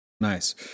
Nice